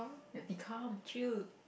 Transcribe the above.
you have to be calm chill